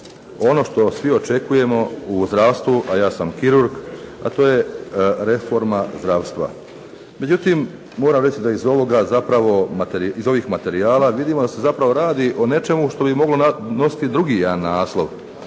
ono što svi očekujemo u zdravstvu, a ja sam kirurg, a to je reforma zdravstva. Međutim, moram reći da iz ovih materijala vidimo da se zapravo radi o nečemu što bi moglo nositi jedan drugi naslov,